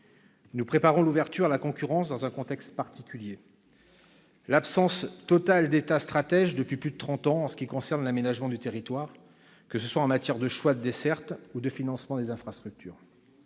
Nous préparons l'ouverture à la concurrence dans un contexte particulier : l'État stratège est totalement absent depuis plus de trente ans en ce qui concerne l'aménagement du territoire, que ce soit en matière de choix de dessertes ou de financement des infrastructures.